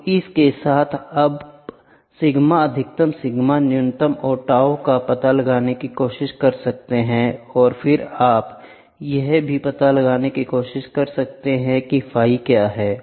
तो इसके साथ आप सिग्मा अधिकतम सिग्मा न्यूनतम तथा ताऊ का पता लगाने की कोशिश कर सकते हैं और फिर आप यह भी पता लगाने की कोशिश कर सकते हैं कि फाई क्या है